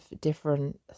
different